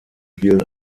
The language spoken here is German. spielen